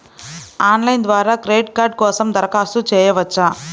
Online ద్వారా credit card కోసం దరఖాస్తు చేయవచ్చా?